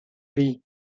bee